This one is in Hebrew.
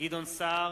גדעון סער,